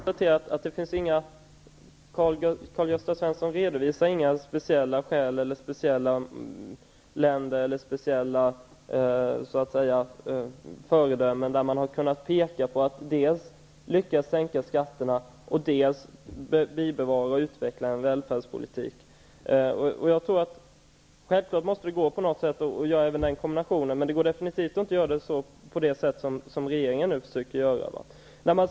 Herr talman! Karl-Gösta Svenson hänvisar inte till några speciella länder som föredömen, där man har lyckats dels sänka skatterna, dels bibehålla och utveckla en välfärdspolitik. Självfallet måste det på något sätt gå att göra även den kombinationen, men det går definitivt inte på det sätt som regeringen nu försöker göra det på.